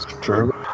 True